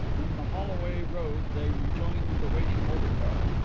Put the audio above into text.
in the holloway road they rejoined the waiting motor car.